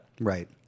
Right